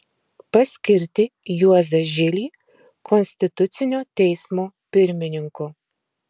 paskirti juozą žilį konstitucinio teismo pirmininku